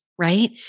Right